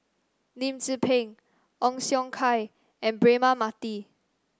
Lim Tze Peng Ong Siong Kai and Braema Mathi